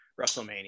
WrestleMania